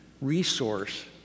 resource